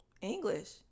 English